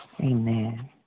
Amen